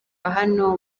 hano